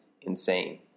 insane